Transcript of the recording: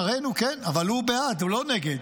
שרנו, כן, אבל הוא בעד, הוא לא נגד.